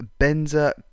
Benza